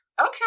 Okay